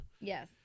Yes